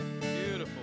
beautiful